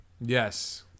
Yes